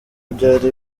byari